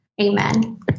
Amen